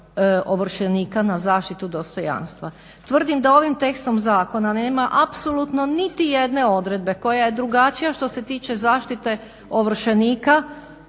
ovršenika na zaštitu dostojanstva. Tvrdim da ovim tekstom zakona nema apsolutno nitijedne odredbe koja je drugačija što se tiče zaštite ovršenika